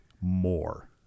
more